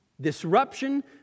Disruption